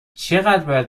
چقدر